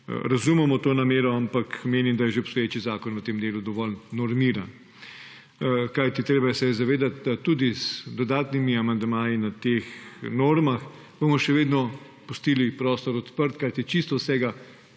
razumemo to namero, ampak menim, da je že obstoječi zakon v tem delu dovolj normiran. Kajti treba se je zavedati, da bomo tudi z dodatnimi amandmaji na teh normah še vedno pustili prostor odprt, kajti čisto vsega